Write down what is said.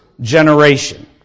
generation